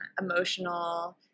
emotional